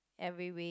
every week